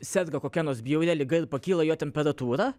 serga kokia nors bjauria liga ir pakyla jo temperatūra